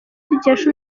dukesha